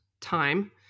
time